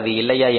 அல்லது இல்லையா